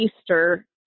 Easter